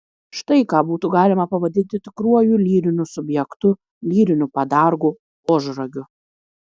štai ką būtų galima pavadinti tikruoju lyriniu subjektu lyriniu padargu ožragiu